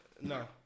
no